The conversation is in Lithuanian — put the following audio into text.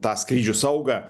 tą skrydžių saugą